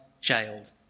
jailed